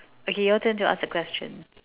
okay your turn to ask the question